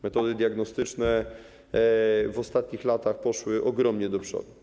Metody diagnostyczne w ostatnich latach poszły ogromnie do przodu.